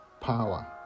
power